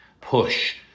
push